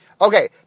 Okay